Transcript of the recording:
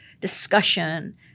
discussion